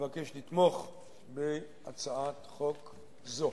אבקש לתמוך בהצעת חוק זו.